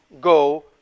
go